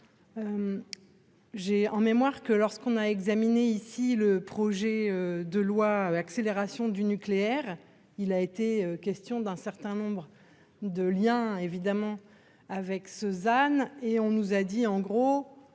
J'ai en mémoire que lorsqu'on a examiné ici le projet de loi d'accélération du nucléaire. Il a été question d'un certain nombre de lien, évidemment avec Cezanne et on nous a dit en gros,